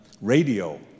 radio